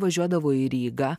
važiuodavo į rygą